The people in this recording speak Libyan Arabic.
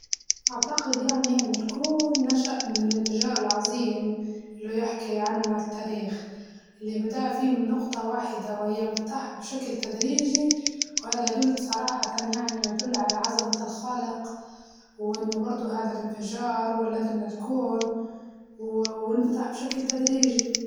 أعتقد يعني أن الكون نشأ من الانفجار العظيم، اللي يحكي عنه التاريخ اللي بدا في من نقطة واحدة وهي انفتح بشكل تدريجي، وهذا يدل صراحةً يعني يدل على عظمة الخالق إنه برضه هدا الانفجار ولدلنا الكون و وانفتح بشكل تدريجي.